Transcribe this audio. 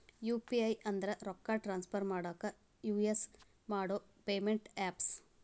UPI ಅಂದ್ರ ರೊಕ್ಕಾ transfer ಮಾಡಾಕ ಯುಸ್ ಮಾಡೋ ಪೇಮೆಂಟ್ ಆಪ್ಸ್